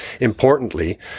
importantly